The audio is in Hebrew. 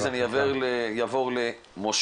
דברים שלא נאמרו עד